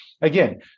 Again